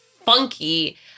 funky